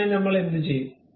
അതിനായി നമ്മൾ എന്തു ചെയ്യും